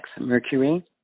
mercury